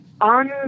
on